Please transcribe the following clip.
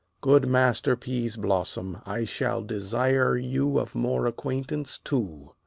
good master peaseblossom, i shall desire you of more acquaintance too.